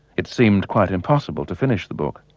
it seemed quite impossible to finish the book.